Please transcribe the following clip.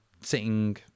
sitting